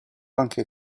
anche